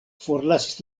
forlasis